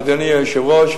אדוני היושב-ראש.